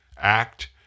Act